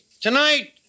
tonight